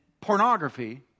Pornography